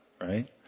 right